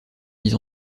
mise